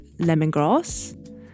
lemongrass